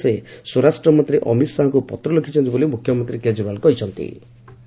ଏଥିସକାଶେ ସେ ସ୍ୱରାଷ୍ଟ୍ରମନ୍ତ୍ରୀ ଅମିତ ଶାହାଙ୍କୁ ପତ୍ର ଲେଖିଛନ୍ତି ବୋଲି ମୁଖ୍ୟମନ୍ତ୍ରୀ କେଜରିଓ୍ବାଲ କହିଚ୍ଛନ୍ତି